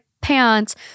pants